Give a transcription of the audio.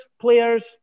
players